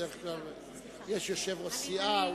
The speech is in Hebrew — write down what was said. בדרך כלל יש יושב-ראש סיעה,